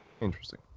interesting